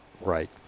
right